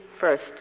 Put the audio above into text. first